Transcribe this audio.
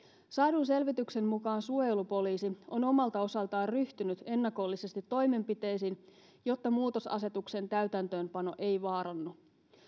saadun selvityksen mukaan suojelupoliisi on omalta osaltaan ryhtynyt ennakollisesti toimenpiteisiin jotta muutosasetuksen täytäntöönpano ei vaarannu